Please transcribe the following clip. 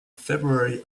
february